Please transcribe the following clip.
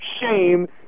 shame